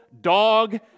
dog